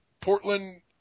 Portland